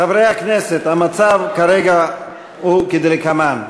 חברי הכנסת, המצב כרגע הוא כדלקמן: